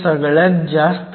71 electron volt आहे